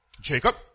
Jacob